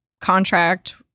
contract